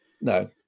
no